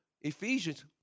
Ephesians